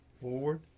forward